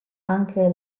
anche